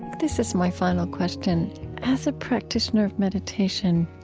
this is my final question as a practitioner of meditation,